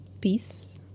Peace